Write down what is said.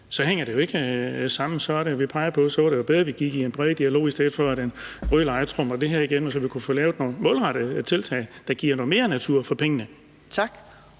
Så er det, vi peger på, at det var bedre, at vi gik i bred dialog, i stedet for at den røde lejr trumfer det her igennem, så vi kunne få lavet nogle målrettede tiltag, der giver noget mere natur for pengene. Kl.